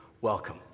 Welcome